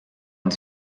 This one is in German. und